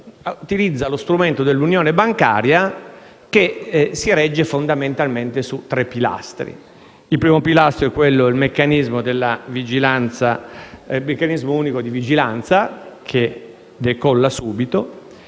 utilizza lo strumento dell'Unione bancaria, che si regge fondamentalmente su tre pilastri. Il primo è il meccanismo unico di vigilanza, che decolla subito;